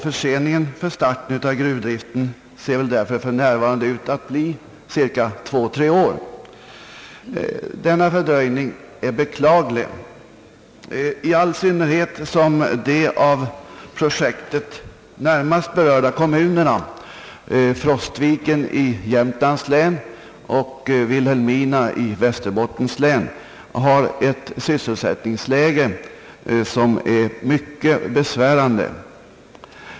Förseningen för starten av gruvdriften ser därför för närvarande ut att bli två— tre år. Denna fördröjning är beklaglig, i all synnerhet som de av projektet närmast berörda kommunerna, nämligen Frostviken i Jämtlands län och Vilhelmina i Västerbottens län, har ett sysselsättningsläge som är mycket besvärande.